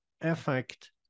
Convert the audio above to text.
effect